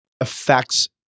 affects